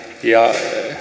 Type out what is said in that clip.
ja